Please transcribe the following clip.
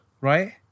right